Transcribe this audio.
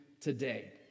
today